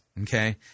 Okay